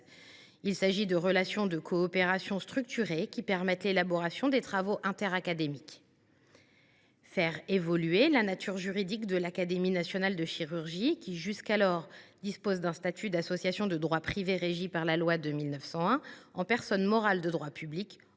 Il s’agit de relations de coopération structurée qui permettent l’élaboration des travaux interacadémiques. Faire évoluer la nature juridique de l’Académie nationale de chirurgie, qui dispose jusqu’à présent du statut d’association de droit privé régie par la loi de 1901, en personne morale de droit public